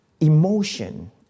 emotion